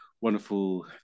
wonderful